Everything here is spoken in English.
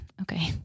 Okay